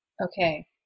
Okay